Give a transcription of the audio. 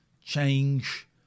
change